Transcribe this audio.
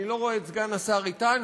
אני לא רואה את סגן השר אתנו.